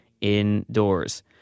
indoors